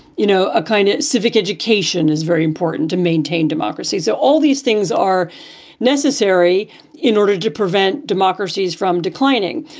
you know, a kind of civic education is very important to maintain democracy. so all these things are necessary in order to prevent democracies from declining.